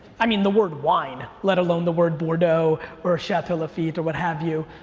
i mean, the word wine, let alone the word bordeaux or chateau lafite or what have you.